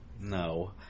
No